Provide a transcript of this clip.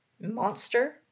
monster